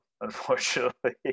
unfortunately